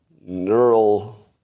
neural